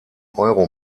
euro